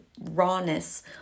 rawness